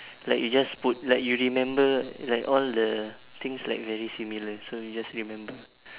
like you just put like you remember like all the things like very similar so you just remember